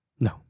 No